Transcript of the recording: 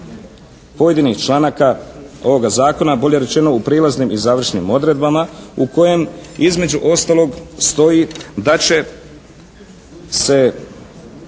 pojedinih članaka ovoga zakona, bolje rečeno u prijelaznim i završnim odredbama u kojem između ostalog stoji da će